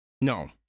no